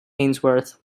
ainsworth